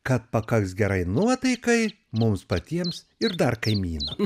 kad pakaks gerai nuotaikai mums patiems ir dar kaimynam